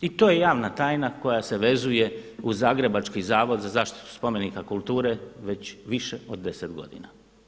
I to je javna tajna koja se vezuje uz Zagrebački zavod za zaštitu spomenika kulture već više od 10 godina.